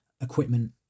equipment